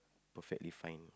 perfectly fine